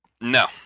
No